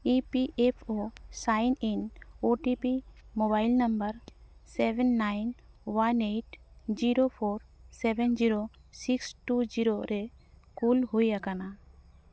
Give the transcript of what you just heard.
E P F O sign in O T P mobile number seven nine one eight zero four seven zero six two zero ᱨᱮ call ᱦᱩᱭ ᱟᱠᱟᱱᱟ